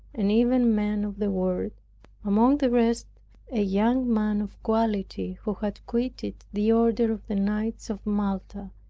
and even men of the world among the rest a young man of quality, who had quitted the order of the knights of malta,